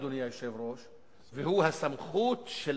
אדוני היושב-ראש, והוא הסמכות של